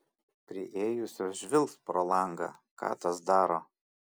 priėjusios žvilgt pro langą ką tas daro